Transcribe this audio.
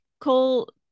Cole